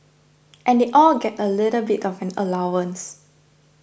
and all get a little bit of an allowance